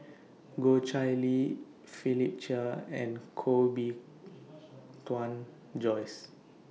Goh Chiew Lye Philip Chia and Koh Bee Tuan Joyce